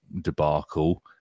debacle